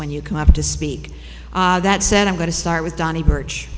when you come up to speak that said i'm going to start with donnie birch